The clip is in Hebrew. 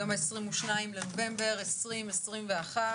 היום 22 בנובמבר 2021,